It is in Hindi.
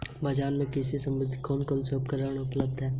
बाजार में कृषि से संबंधित कौन कौन से उपकरण उपलब्ध है?